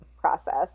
process